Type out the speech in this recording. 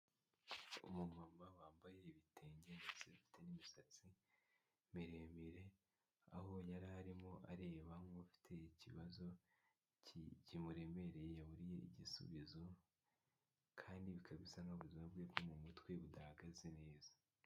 Umumama wambaye ibitenge ndetse ufite n'imisatsi miremire, aho yari arimo areba nk'ufite ikibazo kimuremereye yaburiye igisubizo kandi bikaba bisa nk'aho ubuzima bwe ko mu mutwe budahagaze neza.